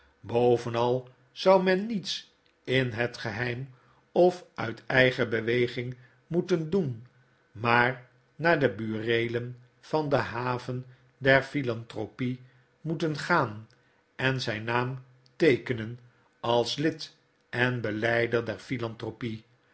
bovenal zou men niets in het geheim of uit eigen beweging moeten doen maar naar de bureelen van de haven der philanthropic moeten gaan en zijn naam teekenen als lid en beljjder der philanthropie